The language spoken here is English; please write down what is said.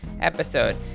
episode